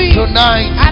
tonight